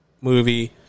Movie